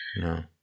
No